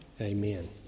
Amen